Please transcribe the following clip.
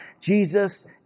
Jesus